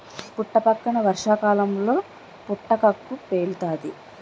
పుట్టపక్కన వర్షాకాలంలో పుటకక్కు పేలుతాది